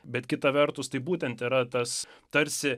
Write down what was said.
bet kita vertus tai būtent yra tas tarsi